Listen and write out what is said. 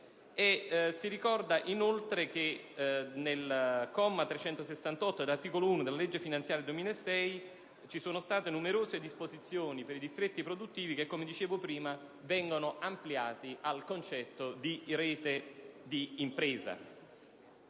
Si ricorda che il comma 368 dell'articolo 1 della legge finanziaria per il 2006 ha recato numerose disposizioni per i distretti produttivi che, come dicevo prima, vengono ampliate al concetto di reti di imprese.